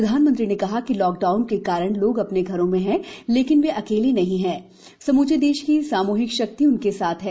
प्रधानमंत्री ने कहा कि लॉकडाउन के कारण लोग अपने घरों में हैं लेकिन वे अकेले नहीं हैं समूचे देश की सामूहिक शक्ति उनके साथ हैं